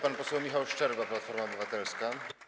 Pan poseł Michał Szczerba, Platforma Obywatelska.